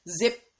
zip